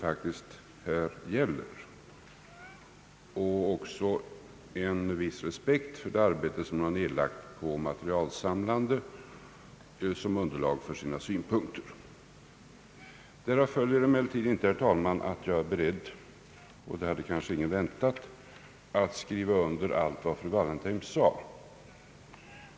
Jag vill också uttala en viss respekt för det arbete som nedlagts på materialsamlande som underlag för de framförda synpunkterna. Därav följer emellertid inte, herr talman, att jag är beredd — och det hade kanske ingen väntat — att skriva under allt vad fru Wallentheim sade.